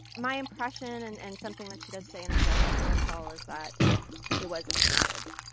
my impression and and something that she does say in a jailhouse phone call is that it was impulsive,